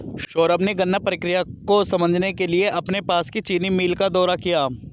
सौरभ ने गन्ना प्रक्रिया को समझने के लिए अपने पास की चीनी मिल का दौरा किया